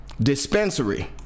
dispensary